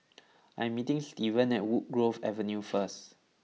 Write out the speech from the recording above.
I am meeting Stevan at Woodgrove Avenue first